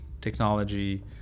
technology